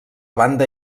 banda